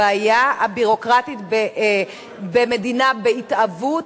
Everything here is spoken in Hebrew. על הבעיה הביורוקרטית במדינה בהתהוות